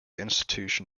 institution